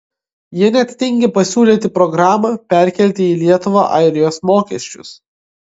jie net tingi pasiūlyti programą perkelti į lietuvą airijos mokesčius